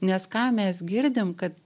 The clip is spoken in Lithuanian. nes ką mes girdim kad